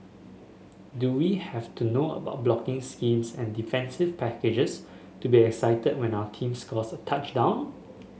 do we have to know about blocking schemes and defensive packages to be excited when our team scores a touchdown